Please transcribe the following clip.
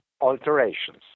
alterations